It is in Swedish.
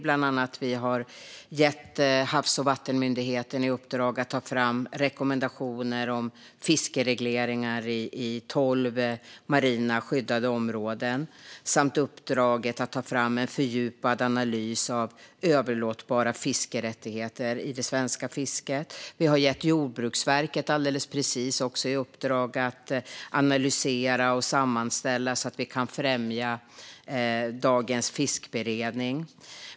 Bland annat har vi gett Havs och vattenmyndigheten i uppdrag att ta fram rekommendationer om fiskeregleringar i tolv marina skyddade områden samt att ta fram en fördjupad analys av överlåtbara fiskerättigheter i det svenska fisket. Vi har nyligen gett Jordbruksverket i uppdrag att analysera och sammanställa så att vi kan främja dagens fiskberedning.